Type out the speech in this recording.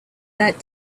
that